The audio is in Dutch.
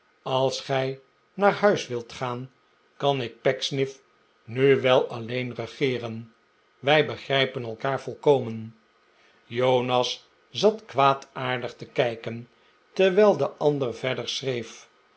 als gij naar huis wilt gaan kan ik pecksniff nu wel alleen regeeren wij begrijpen elkaar volkomen jonas zat kwaadaardig te kijken terwijl de ander verder schreef